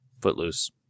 Footloose